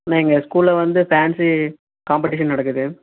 நான் எங்கள் ஸ்கூலில் வந்து ஃபேன்ஸி காம்பெடிஷன் நடக்குது